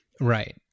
Right